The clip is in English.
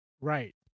Right